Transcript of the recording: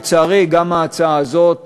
לצערי, גם ההצעה הזאת